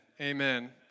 amen